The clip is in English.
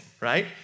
right